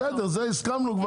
בסדר, זה הסכמנו כבר.